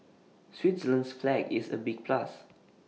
Switzerland's flag is A big plus